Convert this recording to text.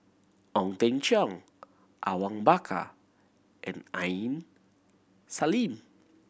Ong Teng Cheong Awang Bakar and Aini Salim